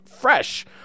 fresh